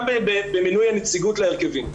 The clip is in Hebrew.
גם במינוי הנציגות להרכבים.